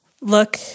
look